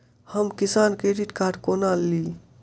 हम किसान credit card कोना ली?